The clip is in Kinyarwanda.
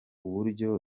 uburyo